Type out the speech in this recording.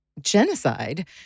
Genocide